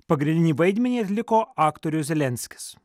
pagrindinį vaidmenį atliko aktorius zelenskis